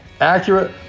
accurate